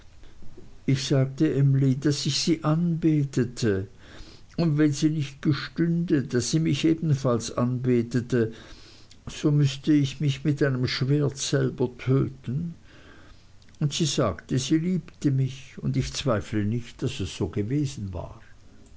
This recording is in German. ich sagte emly daß ich sie anbetete und wenn sie nicht gestünde daß sie mich ebenfalls anbetete so müßte ich mich mit einem schwert selber töten und sie sagte sie liebte mich und ich zweifle nicht daß es so war